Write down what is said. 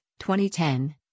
2010